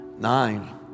Nine